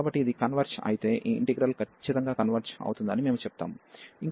కాబట్టి ఇదికన్వర్జ్ అయితే ఈ ఇంటిగ్రల్ ఖచ్చితంగా కన్వర్జ్ అవుతుందని మేము చెప్తాము